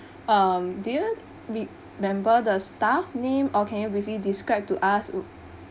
um do you remember the staff name or can you briefly describe to us